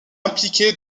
impliqué